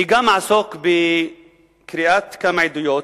אני גם אעסוק בקריאת כמה עדויות,